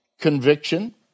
conviction